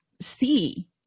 see